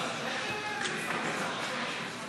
נתקבלו.